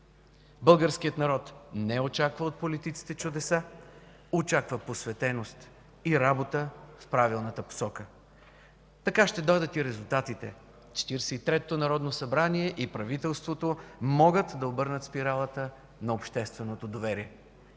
Българският народ не очаква от политиците чудеса, очаква посветеност и работа в правилната посока. Така ще дойдат и резултатите. Четиридесет и третото народно събрание и правителството могат да обърнат спиралата на общественото доверие.